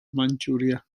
manchuria